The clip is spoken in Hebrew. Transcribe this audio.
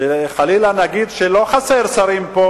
שחלילה נגיד שלא חסרים שרים פה,